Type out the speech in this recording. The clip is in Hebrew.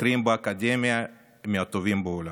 חוקרים באקדמיה מהטובים בעולם.